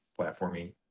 platforming